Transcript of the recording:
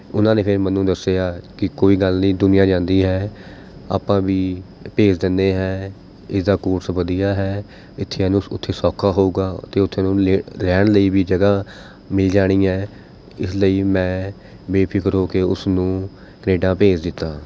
ਉਨ੍ਹਾਂ ਨੇ ਫਿਰ ਮੈਨੂੰ ਦੱਸਿਆ ਕਿ ਕੋਈ ਗੱਲ ਨਹੀਂ ਦੁਨੀਆਂ ਜਾਂਦੀ ਹੈ ਆਪਾਂ ਵੀ ਭੇਜ ਦਿੰਦੇ ਹੈ ਇਸ ਦਾ ਕੋਰਸ ਵਧੀਆ ਹੈ ਇੱਥੇ ਇਹਨੂੰ ਸ ਉੱਥੇ ਸੌਖਾ ਹੋਊਗਾ ਅਤੇ ਉੱਥੇ ਉਹਨੂੰ ਲੇ ਰਹਿਣ ਲਈ ਵੀ ਜਗ੍ਹਾ ਮਿਲ ਜਾਣੀ ਹੈ ਇਸ ਲਈ ਮੈਂ ਬੇਫਿਕਰ ਹੋ ਕੇ ਉਸ ਨੂੰ ਕਨੇਡਾ ਭੇਜ ਦਿੱਤਾ